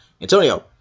Antonio